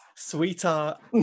Sweetheart